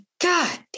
God